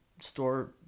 store